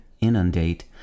inundate